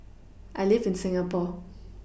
I live in Singapore